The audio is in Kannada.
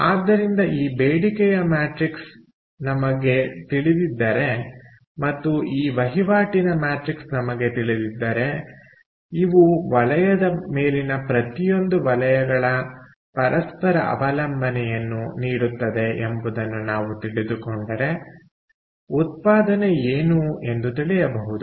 ಆದ್ದರಿಂದಈ ಬೇಡಿಕೆಯ ಮ್ಯಾಟ್ರಿಕ್ಸ್ ನಮಗೆ ತಿಳಿದಿದ್ದರೆ ಮತ್ತು ಈ ವಹಿವಾಟಿನ ಮ್ಯಾಟ್ರಿಕ್ಸ್ ನಮಗೆ ತಿಳಿದಿದ್ದರೆ ಇವು ವಲಯದ ಮೇಲಿನ ಪ್ರತಿಯೊಂದು ವಲಯಗಳ ಪರಸ್ಪರ ಅವಲಂಬನೆಯನ್ನು ನೀಡುತ್ತದೆ ಎಂಬುದನ್ನು ನಾವು ತಿಳಿದುಕೊಂಡರೆ ಉತ್ಪಾದನೆ ಏನು ಎಂದು ತಿಳಿಯಬಹುದು